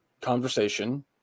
conversation